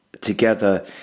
together